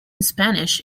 spanish